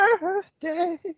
birthday